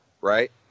right